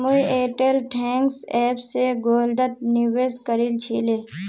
मुई Airtel thanks app स गोल्डत निवेश करील छिले